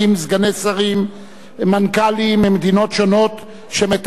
סגני שרים ומנכ"לים ממדינות שונות שמטפלים